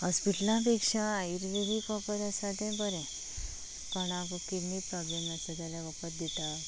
हॉस्पिटलां पेक्षा आर्युवेदीक वखद आसा तें बरें कोणाक किडनी प्रोबल्म आसा जाल्यार वखद दिता